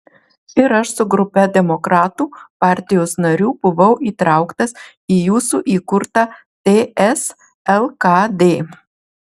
ir aš su grupe demokratų partijos narių buvau įtrauktas į jūsų įkurtą ts lkd